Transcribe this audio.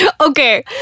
Okay